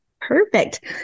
Perfect